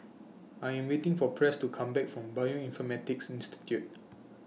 I Am waiting For Press to Come Back from Bioinformatics Institute